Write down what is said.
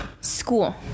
school